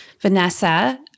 Vanessa